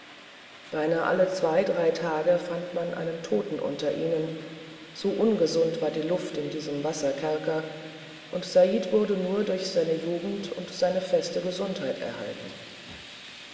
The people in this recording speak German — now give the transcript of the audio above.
beinahe alle zwei drei tage fand man einen toten unter ihnen so ungesund war die luft in diesem wasserkerker und said wurde nur durch seine jugend und seine feste gesundheit erhalten